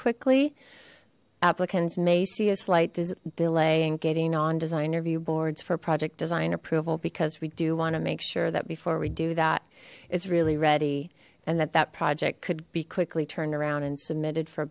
slight delay in getting on design review boards for project design approval because we do want to make sure that before we do that it's really ready and that that project could be quickly turned around and submitted for